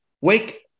Wake